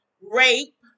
Rape